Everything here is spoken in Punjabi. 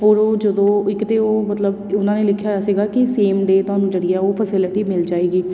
ਔਰ ਉਹ ਜਦੋਂ ਇੱਕ ਤਾਂ ਉਹ ਮਤਲਬ ਉਹਨਾਂ ਨੇ ਲਿਖਿਆ ਹੋਇਆ ਸੀਗਾ ਕਿ ਸੇਮ ਡੇਅ ਤੁਹਾਨੂੰ ਜਿਹੜੀ ਆ ਉਹ ਫੈਸਿਲਿਟੀ ਮਿਲ ਜਾਵੇਗੀ